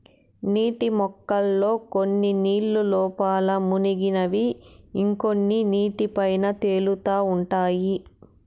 నీటి మొక్కల్లో కొన్ని నీళ్ళ లోపల మునిగినవి ఇంకొన్ని నీటి పైన తేలుతా ఉంటాయి